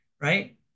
right